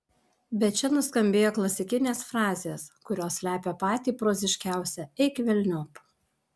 bet čia nuskambėjo klasikinės frazės kurios slepia patį proziškiausią eik velniop